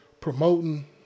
promoting